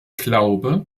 glaube